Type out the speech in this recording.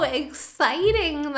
exciting